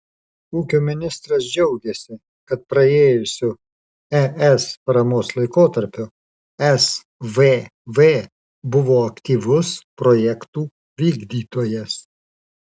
ūkio ministras džiaugėsi kad praėjusiu es paramos laikotarpiu svv buvo aktyvus projektų vykdytojas